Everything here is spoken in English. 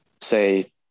say